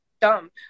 dumb